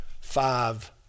five